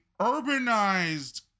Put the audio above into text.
urbanized